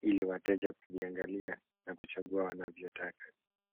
ili wateja kuiagalia na kuchagua wanavyotaka.